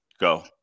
Go